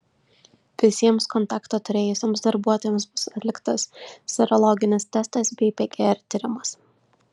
visiems kontaktą turėjusiems darbuotojams bus atliktas serologinis testas bei pgr tyrimas